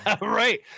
Right